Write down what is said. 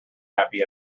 happy